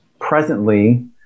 presently